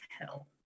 hell